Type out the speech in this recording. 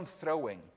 throwing